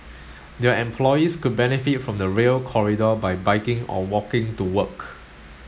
their employees could benefit from the Rail Corridor by biking or walking to work